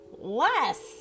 less